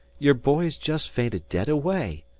your boy's jest fainted dead away.